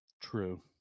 True